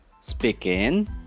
speaking